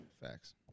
Facts